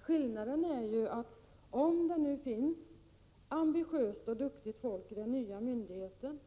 Skillnaden är dock den att om det finns ambitiöst och duktigt folk på den nya myndigheten